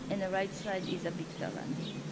in the right side is a victor lundy.